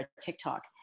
TikTok